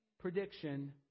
prediction